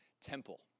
temple